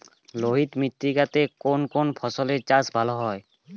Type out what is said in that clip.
লোহিত মৃত্তিকা তে কোন কোন ফসলের চাষ ভালো হয়?